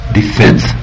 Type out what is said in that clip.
defense